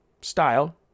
style